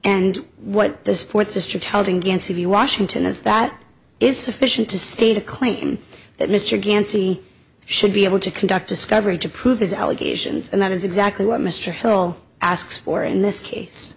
and what the fourth district held against of you washington is that is sufficient to state a claim that mr gansey should be able to conduct discovery to prove his allegations and that is exactly what mr hill asks for in this case